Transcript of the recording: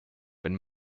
wenn